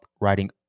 writing